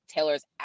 Taylor's